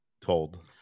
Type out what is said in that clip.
told